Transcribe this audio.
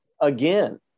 Again